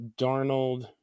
Darnold